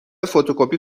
فتوکپی